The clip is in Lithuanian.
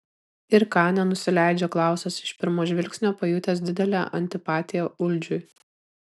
ir ką nenusileidžia klausas iš pirmo žvilgsnio pajutęs didelę antipatiją uldžiui